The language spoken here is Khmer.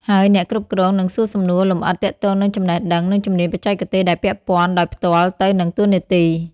ហើយអ្នកគ្រប់គ្រងនឹងសួរសំណួរលម្អិតទាក់ទងនឹងចំណេះដឹង និងជំនាញបច្ចេកទេសដែលពាក់ព័ន្ធដោយផ្ទាល់ទៅនឹងតួនាទី។